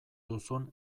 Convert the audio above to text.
duzun